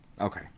okay